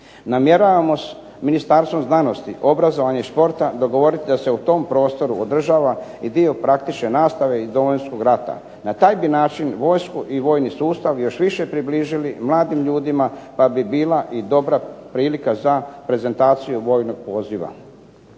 Namjeravamo s Ministarstvom znanosti, obrazovanja i športa dogovoriti da se u tom prostoru održava i dio praktične nastave iz Domovinskog rata. Na taj bi način vojsku i vojni sustav još više približili mladim ljudima, pa bi bila i dobra prilika za prezentaciju vojnog poziva.